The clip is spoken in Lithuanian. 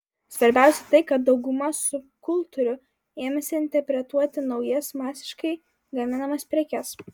svarbiausia tai kad dauguma subkultūrų ėmėsi interpretuoti naujas masiškai gaminamas prekes